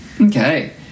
Okay